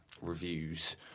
reviews